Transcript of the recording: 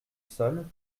sol